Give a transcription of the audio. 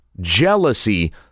jealousy